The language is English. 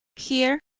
here,